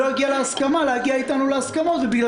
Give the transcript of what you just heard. לא הגיעה להסכמה להגיע איתנו להסכמה ובגלל